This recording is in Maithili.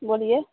बोलिए